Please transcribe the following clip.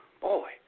Boy